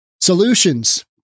Solutions